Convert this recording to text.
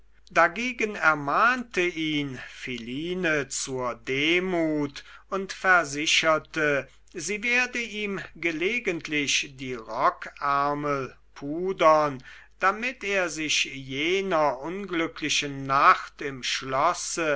dagegen ermahnte ihn philine zur demut und versicherte sie werde ihm gelegentlich die rockärmel pudern damit er sich jener unglücklichen nacht im schlosse